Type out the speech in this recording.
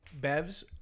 Bev's